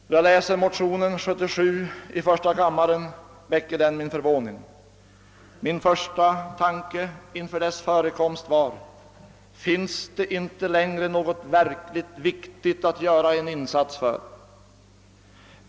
När jag läste motionen nr 77 i första kammaren väckte den min förvåning. Min första tanke vid läsningen av den var: Finns det inie längre något verkligt viktigt att göra en insats för?